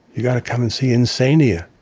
you got to come and see insania